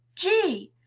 g!